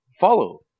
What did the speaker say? Follow